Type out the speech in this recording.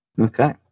Okay